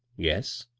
yes?